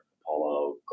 Apollo